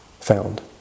found